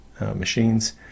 machines